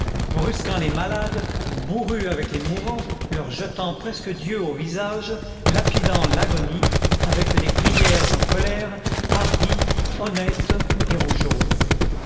brusquant les malades bourrue avec les mourants leur jetant presque dieu au visage lapidant l'agonie avec des prières en colère hardie honnête et rougeaude